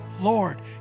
Lord